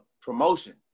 promotion